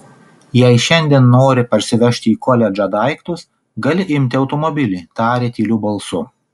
jei šiandien nori parsivežti į koledžą daiktus gali imti automobilį tarė tyliu balsu